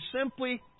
simply